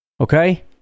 Okay